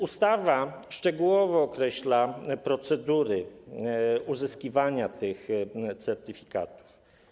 Ustawa szczegółowo określa procedury uzyskiwania tych certyfikatów.